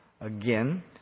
again